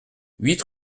huit